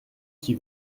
qui